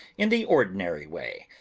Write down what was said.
in the ordinary way.